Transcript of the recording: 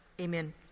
amen